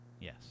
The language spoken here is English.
Yes